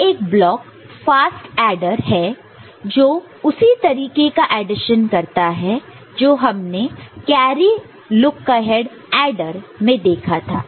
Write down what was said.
हर एक block fast adder है जो उसी तरीके का एडिशन करता है जो हमने कैरी लुक अहेड एडर में देखा था